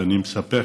ואני מספר,